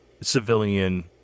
civilian